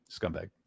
scumbag